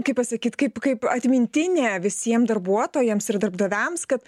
kaip pasakyt kaip kaip atmintinė visiem darbuotojams ir darbdaviams kad